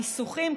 הניסוחים,